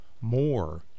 more